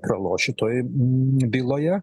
praloš šitoje byloje